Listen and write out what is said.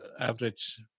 average